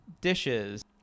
dishes